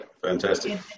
Fantastic